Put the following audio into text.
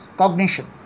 cognition।